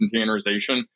containerization